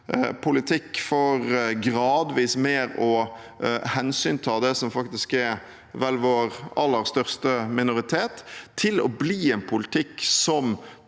politikk for gradvis å hensynta mer det som vel faktisk er vår aller største minoritet, til å bli en politikk som